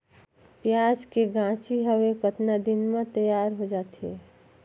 पियाज के गाछी हवे कतना दिन म तैयार हों जा थे?